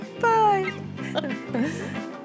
Bye